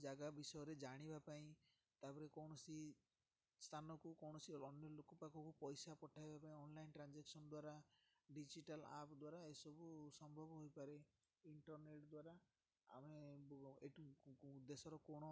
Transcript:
ଜାଗା ବିଷୟରେ ଜାଣିବା ପାଇଁ ତାପରେ କୌଣସି ସ୍ଥାନକୁ କୌଣସି ଅନ୍ୟ ଲୋକ ପାଖକୁ ପଇସା ପଠାଇବା ପାଇଁ ଅନଲାଇନ୍ ଟ୍ରାଞ୍ଜାକ୍ସନ୍ ଦ୍ୱାରା ଡ଼ିଜିଟାଲ୍ ଆପ୍ ଦ୍ଵାରା ଏସବୁ ସମ୍ଭବ ହୋଇପାରେ ଇଣ୍ଟରନେଟ୍ ଦ୍ୱାରା ଆମେ ଏଠୁ ଦେଶର କୋଣ ଅନୁକୋଣରେ